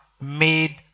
made